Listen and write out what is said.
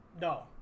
No